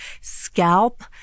scalp